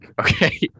okay